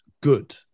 good